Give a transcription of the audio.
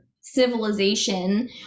civilization